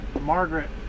Margaret